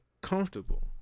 comfortable